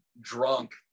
drunk